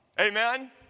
Amen